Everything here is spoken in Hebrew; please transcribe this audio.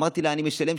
אמרתי לה: אני משלם,